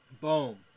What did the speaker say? boom